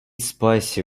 spicy